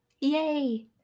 yay